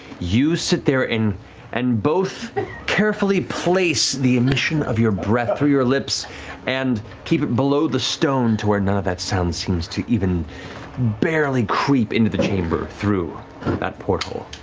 you sit there and both carefully place the emission of your breath through your lips and keep it below the stone to where none of that sound seems to even barely creep into the chamber through that porthole.